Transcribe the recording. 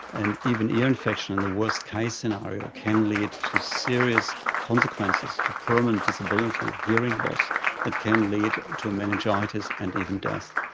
and even ear infection in the worst case scenario can lead to serious consequences, to permanent disability, hearing loss, it can lead to meningitis and even death.